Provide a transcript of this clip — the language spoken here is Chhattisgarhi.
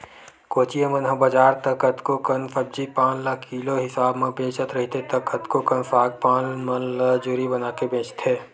कोचिया मन ह बजार त कतको कन सब्जी पान ल किलो हिसाब म बेचत रहिथे त कतको कन साग पान मन ल जूरी बनाके बेंचथे